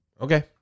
Okay